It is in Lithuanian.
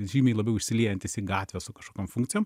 žymiai labiau įsiliejantys į gatvę su kažkokiom funkcijom